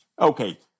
Okay